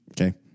Okay